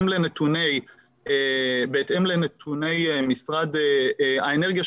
בהתאם לנתוני משרד האנרגיה,